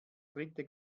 dritte